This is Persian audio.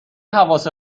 حواس